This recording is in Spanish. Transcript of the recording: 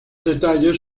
detalles